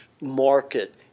market